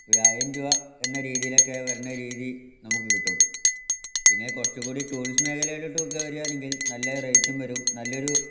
ഒരായിരം രൂപ എന്ന രീതിയിലൊക്കെ വരണ രീതി നമുക്ക് കിട്ടും പിന്നെ കുറച്ച്കൂടി ടൂറിസം മേഖലയിലോട്ട് ഒക്കെ വരികയാണെങ്കിൽ നല്ല റേറ്റും വരും നല്ലൊരു